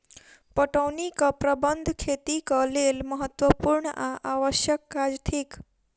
पटौनीक प्रबंध खेतीक लेल महत्त्वपूर्ण आ आवश्यक काज थिक